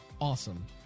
awesome